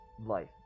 life